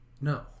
no